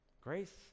Grace